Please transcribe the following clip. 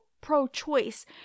pro-choice